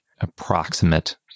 approximate